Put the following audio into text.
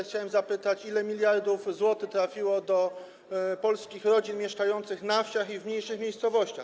Chciałem zapytać, ile miliardów złotych trafiło do polskich rodzin mieszkających na wsiach i w mniejszych miejscowościach.